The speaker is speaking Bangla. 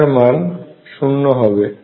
যার মান শুন্য হবে